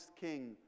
king